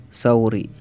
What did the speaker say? sauri